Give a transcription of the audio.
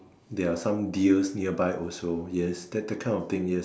there are some deers nearby also yes that that kind of thing yes